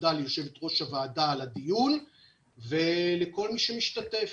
תודה ליושבת-ראש הוועדה על הדיון ולכל מי שמשתתף.